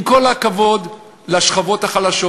עם כל הכבוד לשכבות החלשות,